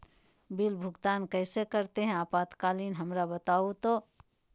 Bill भुगतान कैसे करते हैं आपातकालीन हमरा बताओ तो?